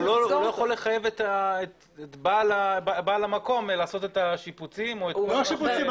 הוא לא יכול לחייב את בעל המקום לעשות את השיפוצים או כל מה שצריך.